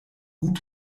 gut